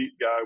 guy